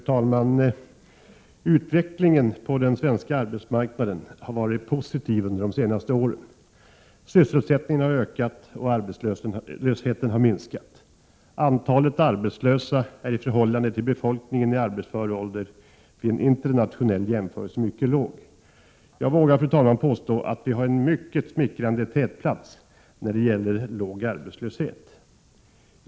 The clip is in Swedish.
Fru talman! Utvecklingen på den svenska arbetsmarknaden har varit positiv under senare år. Sysselsättningen har ökat och arbetslösheten har minskat. Antalet arbetslösa är i förhållande till befolkningen i arbetsför ålder vid en internationell jämförelse mycket lågt. Jag vågar, fru talman, påstå att vi har en mycket smickrande tätplats när det gäller låg arbetslöshet.